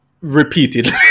repeatedly